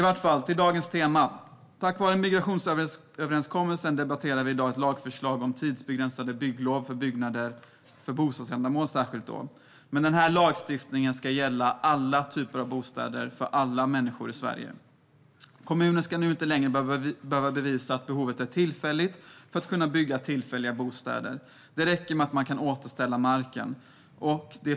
Men över till dagens tema: Tack vare migrationsöverenskommelsen debatterar vi i dag ett lagförslag om tidsbegränsade bygglov för byggnader för bostadsändamål, men lagstiftningen ska gälla alla typer av bostäder för alla människor i Sverige. Kommunerna ska inte längre behöva bevisa att behovet är tillfälligt för att kunna bygga tillfälliga bostäder. Det räcker med att man kan återställa marken.